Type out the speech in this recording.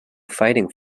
fighting